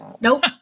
Nope